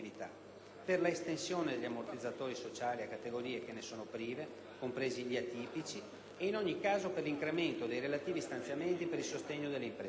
per la estensione degli ammortizzatori sociali a categorie che ne sono prive (compresi gli atipici) e, in ogni caso, per l'incremento dei relativi stanziamenti e per il sostegno delle imprese.